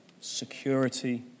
security